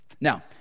Now